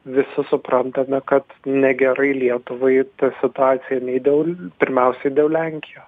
visi suprantame kad negerai lietuvai ta situacija nei dėl pirmiausiai dėl lenkijos